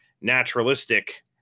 naturalistic